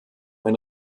ein